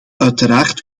uiteraard